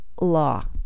law